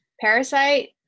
Parasite